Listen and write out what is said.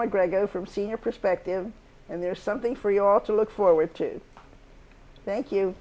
my grego from seeing your perspective and there's something for you all to look forward to thank you